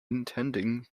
intending